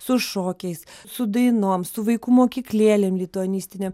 su šokiais su dainom su vaikų mokyklėlėm lituanistinėm